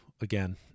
again